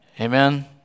Amen